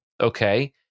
Okay